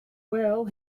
well